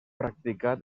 practicat